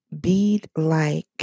bead-like